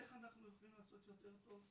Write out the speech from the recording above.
"איך אנחנו יכולים לעשות יותר טוב",